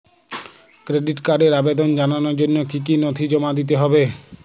Credit কার্ডের আবেদন জানানোর জন্য কী কী নথি জমা দিতে হবে?